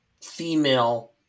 female